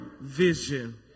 Vision